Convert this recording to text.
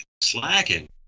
slacking